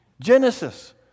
Genesis